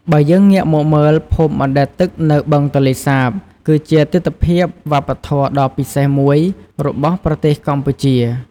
បើយើងងាកមកមើល ភូមិបណ្ដែតទឹកនៅបឹងទន្លេសាប គឺជាទិដ្ឋភាពវប្បធម៌ដ៏ពិសេសមួយរបស់ប្រទេសកម្ពុជា។